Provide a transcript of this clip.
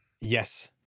Yes